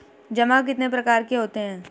जमा कितने प्रकार के होते हैं?